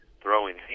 throwing